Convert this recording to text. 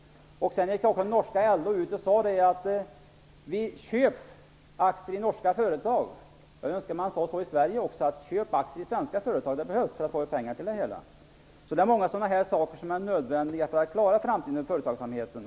Sedan gick norska LO ut och uppmanade folk att köpa aktier i norska företag. Jag önskar att man sade så i Sverige också. Köp aktier i svenska företag, det behövs för att få in pengar. Det finns många saker som är nödvändiga för att klara företagsamheten i framtiden.